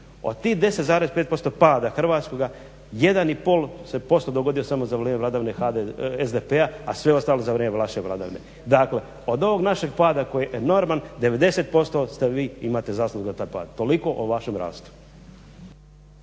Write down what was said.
Od tih 10,5% pada hrvatskoga 1,5 % se samo dogodio za vladavine SDP-a a sve ostalo za vrijeme vaše vladavine. Dakle od onog našeg pada koji je enorman 90% vi imate zasluga za taj pad. Toliko o vašem rastu.